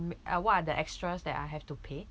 what are the extras that I have to pay